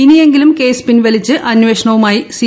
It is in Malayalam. ഇനിയെങ്കിലും കേസ് പിൻവലിച്ച് അന്വേഷണവുമായി സി